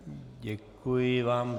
Děkuji vám.